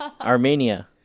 Armenia